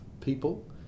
people